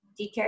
DK